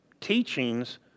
teachings